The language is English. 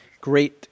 great